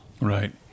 Right